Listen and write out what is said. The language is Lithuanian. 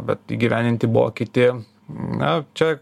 bet įgyvendinti buvo kiti na čia